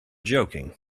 joking